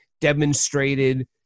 demonstrated